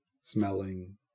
smelling